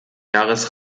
jahres